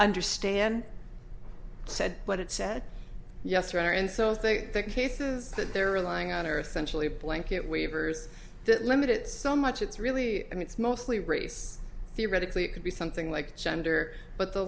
understand said what it said yes rather and so if they think cases that they're relying on earth centrally blanket waivers that limit it so much it's really i mean it's mostly race theoretically it could be something like gender but the